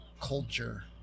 culture